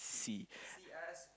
C